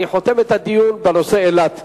אני חותם את הדיון בנושא אילת.